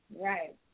Right